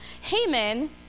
Haman